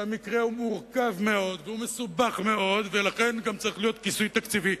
שהמקרה הוא מורכב מאוד ומסובך מאוד ולכן גם צריך להיות כיסוי תקציבי.